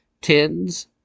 Tens